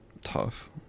tough